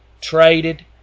traded